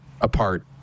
apart